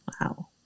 Wow